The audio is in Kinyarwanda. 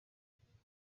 nakabonye